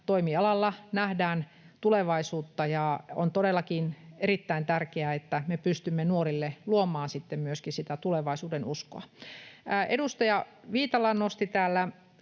toimialalla nähdään tulevaisuutta. On todellakin erittäin tärkeää, että me pystymme nuorille luomaan myöskin sitä tulevaisuudenuskoa. Edustaja Viitala nosti täällä